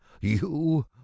You